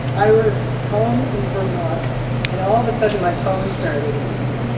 i was home in vermont and all of a sudden my phone started ringing.